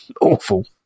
awful